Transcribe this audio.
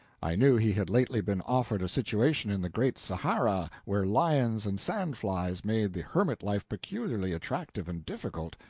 i knew he had lately been offered a situation in the great sahara, where lions and sandflies made the hermit-life peculiarly attractive and difficult,